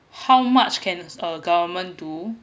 how much can a government do